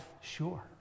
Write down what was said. sure